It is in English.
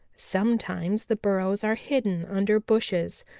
sometimes the burrows are hidden under bushes,